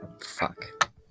Fuck